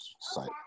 site